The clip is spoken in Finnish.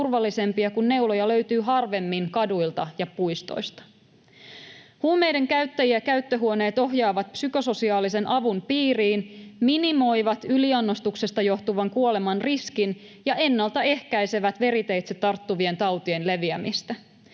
turvallisempia, kun neuloja löytyy harvemmin kaduilta ja puistoista. Huumeiden käyttäjiä käyttöhuoneet ohjaavat psykososiaalisen avun piiriin, minimoivat yliannostuksesta johtuvan kuoleman riskin ja ennaltaehkäisevät veriteitse tarttuvien tautien leviämistä.